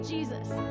Jesus